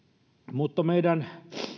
mutta meidän